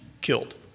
killed